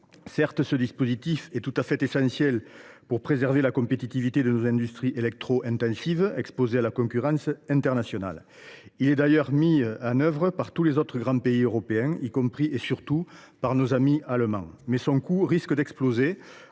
Certes, ce dispositif est tout à fait essentiel pour préserver la compétitivité de nos industries électro intensives exposées à la concurrence internationale. Il est d’ailleurs mis en œuvre par tous les autres grands pays européens, y compris, et surtout, par nos amis allemands. Cependant, son coût risque d’exploser